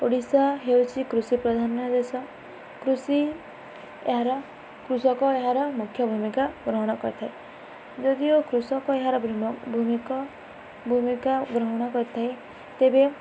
ଓଡ଼ିଶା ହେଉଛିି କୃଷି ପ୍ରଧାନ୍ୟ ଦେଶ କୃଷି ଏହାର କୃଷକ ଏହାର ମୁଖ୍ୟ ଭୂମିକା ଗ୍ରହଣ କରିଥାଏ ଯଦିଓ କୃଷକ ଏହାର ଭୂମିକା ଗ୍ରହଣ କରିଥାଏ ତେବେ